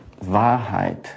Wahrheit